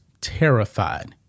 terrified